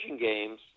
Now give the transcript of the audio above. games